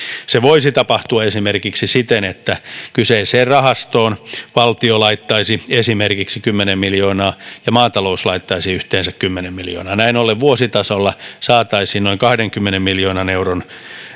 se voisi tapahtua esimerkiksi siten että kyseiseen rahastoon valtio laittaisi esimerkiksi kymmenen miljoonaa ja maatalous laittaisi yhteensä kymmenen miljoonaa näin ollen vuositasolla saataisiin noin kahdenkymmenen miljoonan euron